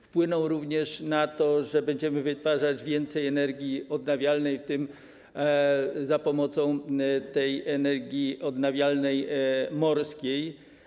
Wpłyną również na to, że będziemy wytwarzać więcej energii odnawialnej, w tym przy wykorzystaniu energii odnawialnej morskiej.